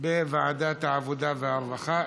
בוועדת העבודה והרווחה.